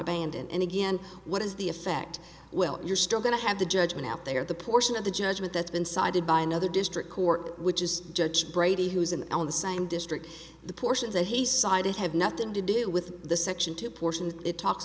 abandoned and again what is the effect well you're still going to have the judgment out there the portion of the judgment that's been cited by another district court which is judge brady who is an element same district the portions that he sided have nothing to do with the section two portion it talks